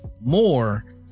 more